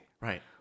Right